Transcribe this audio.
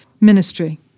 ministry